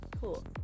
Cool